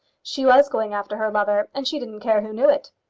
she was going after her lover, and she didn't care who knew it.